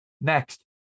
Next